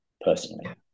personally